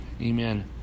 Amen